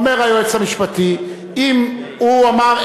אומר היועץ המשפטי: אם הוא אמר,